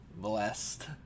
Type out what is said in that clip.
Blessed